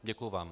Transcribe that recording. Děkuji vám.